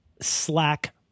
slack